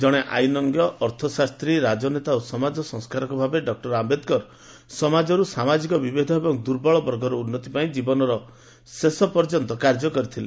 ଜଣେ ଆଇନଜ୍ଞ ଅର୍ଥଶାସ୍ତ୍ରୀ ରାଜନେତା ଓ ସମାଜ ସଂସ୍କାରକ ଭାବେ ଡକ୍ଟର ଆୟେଦକର ସମାଜରୁ ସାମାଜିକ ବିଭେଦ ଓ ଦୁର୍ବଳ ବର୍ଗର ଉନ୍ନତି ପାଇଁ ଜୀବନର ଶେଷ ପର୍ଯ୍ୟନ୍ତ କାର୍ଯ୍ୟ କରିଥିଲେ